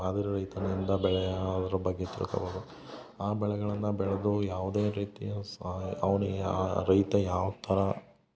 ಮಾದರಿ ರೈತನಿಂದ ಬೆಳೆಯ ಅದ್ರ ಬಗ್ಗೆ ತಿಳ್ಕಬೋದು ಆ ಬೆಳೆಗಳನ್ನ ಬೆಳೆದು ಯಾವ್ದೇ ರೀತಿಯ ಸ್ವಾ ಅವ್ನಿಗೆ ಯಾ ರೈತ ಯಾವ ಥರ